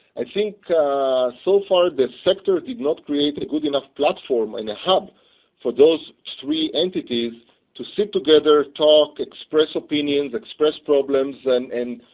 i think so far the sector did not create a good enough platform and hub for those three entities to stick together, talk, express opinions, express problems and and